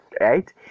right